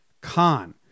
Con